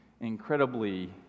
incredibly